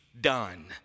done